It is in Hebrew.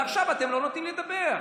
ועכשיו אתם לא נותנים לדבר.